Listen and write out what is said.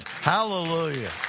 Hallelujah